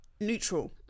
neutral